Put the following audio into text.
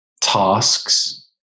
tasks